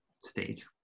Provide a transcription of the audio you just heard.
state